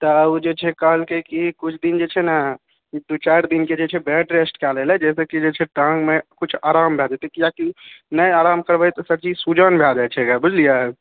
तऽ उ जे छै कहलकै की कुछ दिन जे छै ने दू चारि दिन के जे छै बेड रेस्ट कए लै लए जाहिसँ की टाङ्गमे कुछ आराम भए जेतै कियाकि नहि आराम करबै तऽ सर जी सूजन भए जाइ छै एकरा बुझलियै